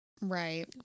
Right